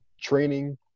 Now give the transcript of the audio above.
training